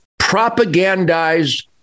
propagandized